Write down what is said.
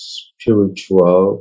spiritual